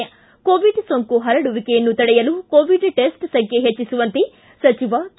ಿ ಕೋವಿಡ್ ಸೋಂಕು ಪರಡುವಿಕೆಯನ್ನು ತಡೆಯಲು ಕೋವಿಡ್ ಟೆಸ್ಸ್ ಸಂಖ್ಯೆ ಹೆಚ್ಚಿಸುವಂತೆ ಸಚಿವ ಕೆ